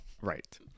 Right